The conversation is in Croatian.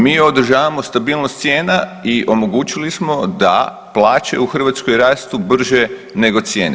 Mi održavamo stabilnost cijena i omogućili smo da plaće u Hrvatskoj rastu brže nego cijene.